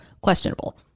questionable